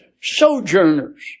sojourners